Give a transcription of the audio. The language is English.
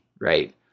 right